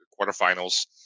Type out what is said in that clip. quarterfinals